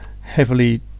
heavily